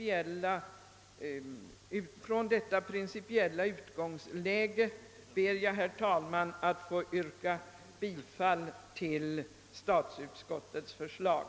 Från denna principiella utgångspunkt ber jag, herr talman, att få yrka bifall till statsutskottets förslag.